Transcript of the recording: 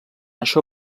això